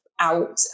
out